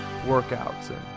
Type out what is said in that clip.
workouts